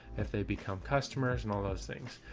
if they become customers and all those things.